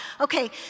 Okay